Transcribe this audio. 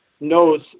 knows